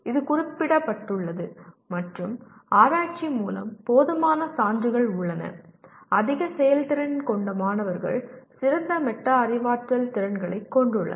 இது குறிப்பிடப்பட்டுள்ளது மற்றும் ஆராய்ச்சி மூலம் போதுமான சான்றுகள் உள்ளன அதிக செயல்திறன் கொண்ட மாணவர்கள் சிறந்த மெட்டா அறிவாற்றல் திறன்களைக் கொண்டுள்ளனர்